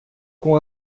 com